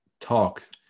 talks